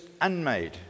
unmade